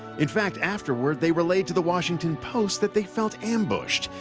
in fact, afterward, they relayed to the washington post that they felt ambushed,